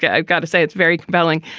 yeah i've got to say, it's very compelling.